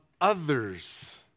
others